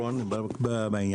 פתרון לעניין.